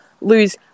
lose